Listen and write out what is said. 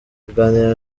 kuganira